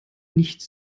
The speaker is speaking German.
nichts